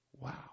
wow